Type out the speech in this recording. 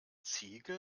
ziege